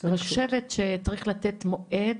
אני חושבת שצריך לתת מועד,